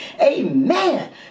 amen